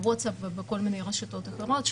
בווטסאפ ובכל מיני רשתות אחרות,